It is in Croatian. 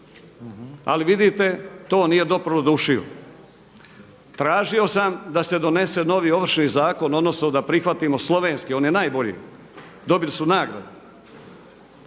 ali vidite to nije doprlo do ušiju. Tražio sam da se donese novi Ovršni zakon, odnosno da prihvatimo slovenski, on je najbolji, dobili su nagradu.